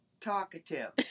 talkative